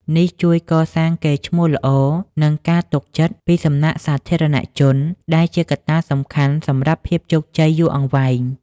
នេះជួយកសាង កេរ្តិ៍ឈ្មោះល្អ និង ការទុកចិត្ត ពីសំណាក់សាធារណជន ដែលជាកត្តាសំខាន់សម្រាប់ភាពជោគជ័យយូរអង្វែង។